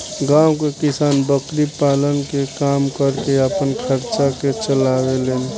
गांव के किसान बकरी पालन के काम करके आपन खर्चा के चलावे लेन